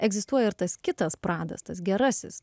egzistuoja ir tas kitas pradas tas gerasis